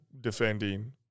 defending